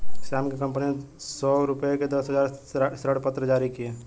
श्याम की कंपनी ने सौ रुपये के दस हजार ऋणपत्र जारी किए